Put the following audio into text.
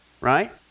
right